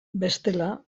bestela